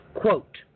Quote